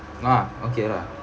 ah okay lah